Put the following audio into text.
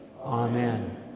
Amen